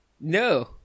No